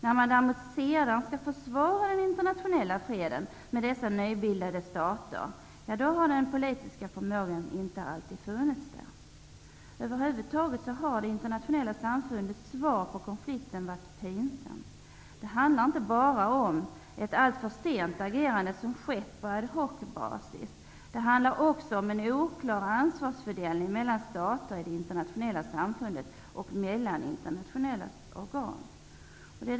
När man däremot sedan skall försvara den internationella freden med dessa nybildade stater har den politiska förmågan inte alltid funnits där. Över huvud taget har det internationella samfundets svar på konflikten varit pinsamt. Det handlar inte bara om ett alltför sent agerande som skett på ad hoc-basis. Det handlar också om en oklar ansvarsfördelning mellan stater i det internationella samfundet och mellan internationella organ.